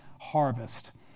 harvest